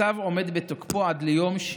הצו עומד בתוקפו עד ליום 6